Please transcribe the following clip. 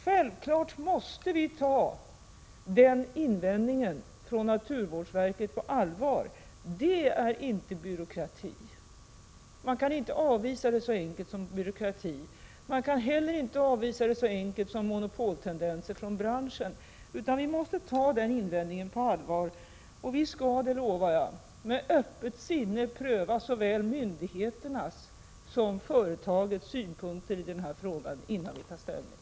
Självfallet måste vi ta naturvårdsverkets invändning på allvar. Man kan inte avvisa den helt enkelt genom att tala om byråkrati. Man kan heller inte avfärda invändningen med en enkel hänvisning till monopoltendenser inom branschen, utan vi måste ta den på allvar. Vi skall — det lovar jag — med öppet sinne pröva såväl myndigheternas som företagets synpunkter i denna fråga innan vi tar ställning.